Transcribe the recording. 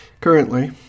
Currently